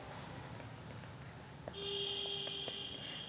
मले किती रुपयापर्यंत पैसा गुंतवता येईन?